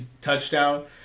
touchdown